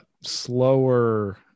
slower